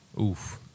Oof